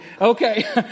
Okay